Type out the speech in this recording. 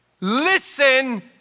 listen